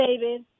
David